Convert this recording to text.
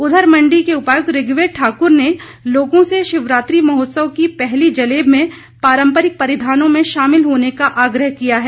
उधर मंडी के उपायुक्त ऋग्वेद ठाकुर ने लोगों से शिवरात्रि महोत्सव की पहली जलेब में पारम्परिक परिधानों में शामिल होने का आग्रह किया है